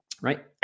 right